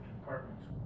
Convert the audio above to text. departments